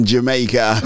Jamaica